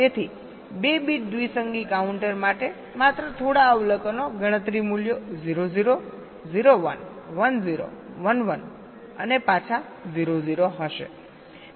તેથી 2 બીટ દ્વિસંગી કાઉન્ટર માટે માત્ર થોડા અવલોકનો ગણતરી મૂલ્યો 0 0 0 1 1 0 1 1 અને પાછા 0 0 હશે